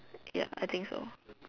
ya I think so